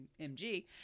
MG